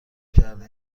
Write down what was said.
کرده